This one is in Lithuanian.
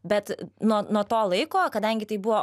bet nuo nuo to laiko kadangi tai buvo